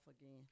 again